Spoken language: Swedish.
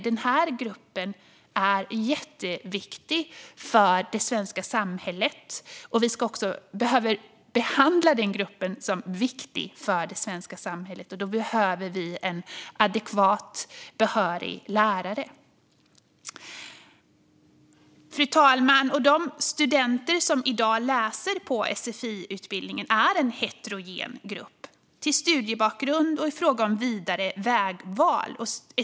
Den här gruppen är jätteviktig för det svenska samhället, och vi behöver behandla den gruppen som viktig för det svenska samhället. Då behövs en adekvat, behörig lärare. Fru talman! De studenter som i dag läser på sfi-utbildningen är en heterogen grupp sett till studiebakgrund och i fråga om vidare vägval.